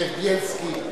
זאב בילסקי,